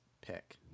pick